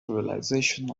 realization